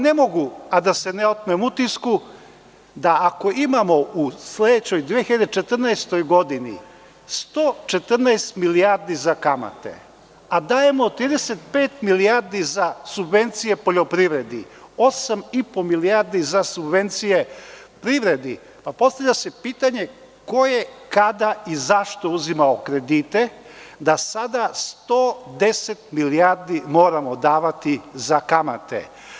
Ne mogu da se ne otmem utisku, ako imamo u sledećoj 2014. godini 114 milijardi za kamate, a dajemo 35 milijardi za subvencije poljoprivredi, osam i po za subvencije privredi, postavlja se pitanje – ko je, kada i zašto uzimao kredite da sada 110 milijardi moramo davati za kamate?